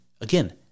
again